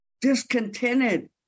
discontented